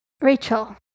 Rachel